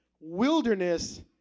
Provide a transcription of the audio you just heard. wilderness